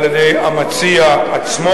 אמר ניסו לצרף אשה אחת,